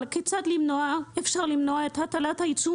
אבל אני עדיין שואלת כיצד אפשר למנוע את הטלת העיצום